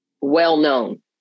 well-known